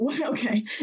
Okay